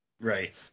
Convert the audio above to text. Right